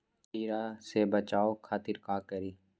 कीरा से बचाओ खातिर का करी?